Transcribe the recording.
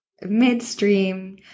Midstream